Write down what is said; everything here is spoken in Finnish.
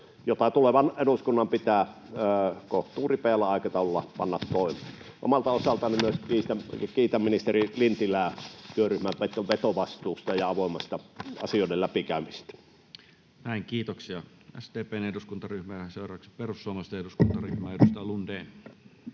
jota tulevan eduskunnan pitää kohtuu ripeällä aikataululla panna toimeen. Omalta osaltani myös kiitän ministeri Lintilää työryhmän vetovastuusta ja avoimesta asioiden läpikäymisestä. Näin. Kiitoksia, SDP:n eduskuntaryhmä. — Ja seuraavaksi perussuomalaisten eduskuntaryhmä, edustaja Lundén.